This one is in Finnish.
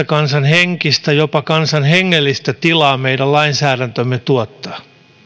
kansan henkistä ja jopa kansan hengellistä tilaa meidän lainsäädäntömme tuottaa